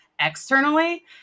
externally